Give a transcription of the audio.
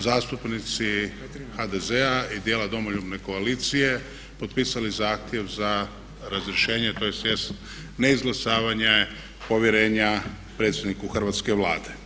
zastupnici HDZ-a i dijela Domoljubne koalicije potpisali zahtjev za razrješenje tj. neizglasavanje nepovjerenja predsjedniku Hrvatske Vlade.